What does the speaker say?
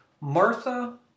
Martha